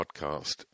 podcast